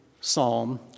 psalm